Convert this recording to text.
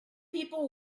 people